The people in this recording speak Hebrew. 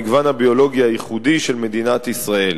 המגוון הביולוגי הייחודי של מדינת ישראל.